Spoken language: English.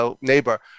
neighbor